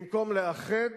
במקום לאחד,